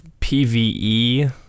PvE